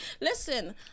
Listen